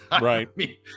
Right